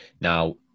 Now